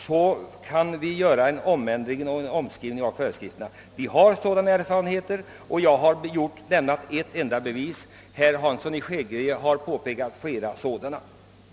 Jag har för min del lämnat ett bevis på sådana erfarenheter, och herr Hansson i Skegrie har framfört flera exempel på detta.